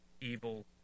evil